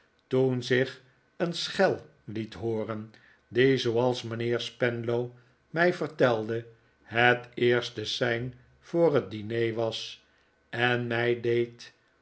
toen zich een schel liet hooren die zooals mijnheer spenlow mij vertelde het eerste sein voor het diner was en mij dus deed